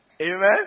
Amen